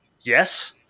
yes